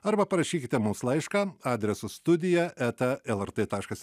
arba parašykite mums laišką adresu studija eta lrt taškas